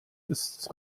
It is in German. ist